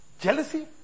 Jealousy